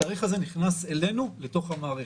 התאריך הזה נכנס אלינו לתוך המערכת.